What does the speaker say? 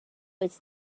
its